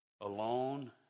Alone